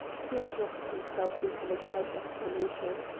he interrupted himself with an excited exclamation.